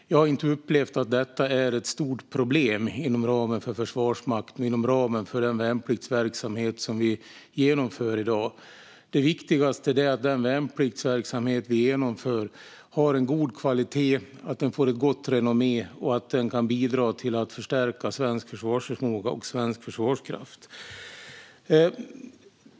Men jag har inte upplevt att just detta är ett stort problem inom ramen för Försvarsmakten och inom ramen för den värnpliktsverksamhet som vi genomför i dag. Det viktigaste är att den värnpliktsverksamhet vi genomför har en god kvalitet, att den får ett gott renommé och att den kan bidra till att förstärka svensk försvarsförmåga och svensk försvarskraft.